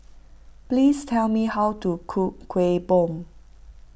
please tell me how to cook Kueh Bom